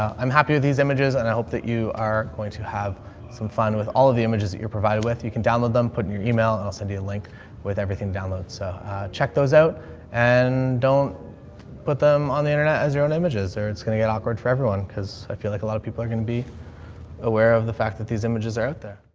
i'm happy with these images and i hope that are going to have some fun with all of the images that you're provided with. you can download them, put in your email and i'll send you a link with everything download. so check those out and don't put them on the internet as your own images or it's going to get awkward for everyone because i feel like a lot of people are going to be aware of the fact that these images are out there.